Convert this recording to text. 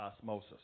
osmosis